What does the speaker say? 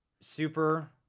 super